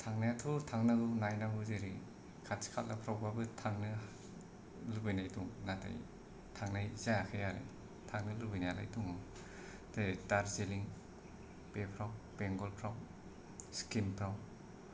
थांनायाथ' थांनांगौ नायनांगौ जेरै खाथि खालाफ्रावबाबो थांनो लुबैनाय दं नाथाय थांनाय जायाखै आरो थांनो लुबैनायालाय दङ जेरै दार्जिलिं बेफोराव बेंगलफ्राव सिक्किमफ्राव